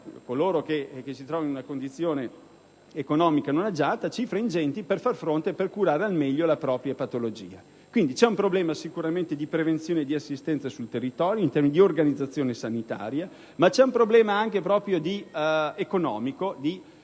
coloro che si trovano in una condizione economica non agiata - per far fronte e curare al meglio la propria patologia. Vi è quindi un problema di prevenzione e di assistenza sul territorio in termini di organizzazione sanitaria, ma anche un problema economico di